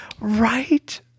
Right